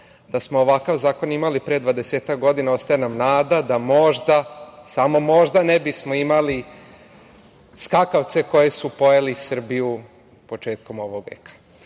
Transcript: Da smo ovakav zakon imali pre 20-ak godina, ostaje nam nada da možda, samo možda, ne bismo imali skakavce koji su pojeli Srbiju početkom ovog veka.